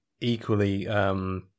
equally